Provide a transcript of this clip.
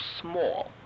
small